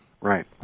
Right